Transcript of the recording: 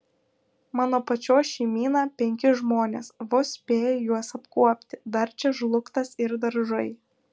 mano pačios šeimyna penki žmonės vos spėju juos apkuopti dar čia žlugtas ir daržai